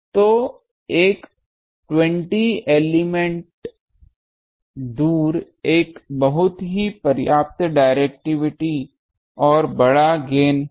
तो एक 20 एलिमेंट दूर एक बहुत ही पर्याप्त डिरेक्टिविटी और बड़ा गेन है